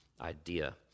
idea